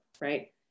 right